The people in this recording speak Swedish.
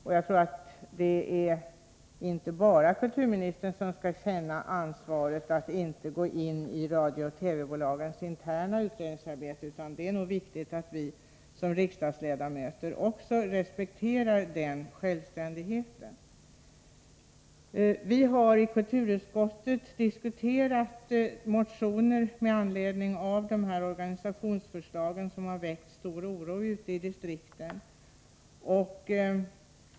Men jag tycker inte att det är bara kulturministern som skall känna ansvar för att inte gå in i radiooch TV-bolagens interna utredningsarbete. Det är nog viktigt att vi som riksdagsledamöter också respekterar den självständigheten. I kulturutskottet har vi diskuterat motioner med anledning av dessa organisationsförslag, som har väckt stor oro ute i distrikten.